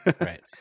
Right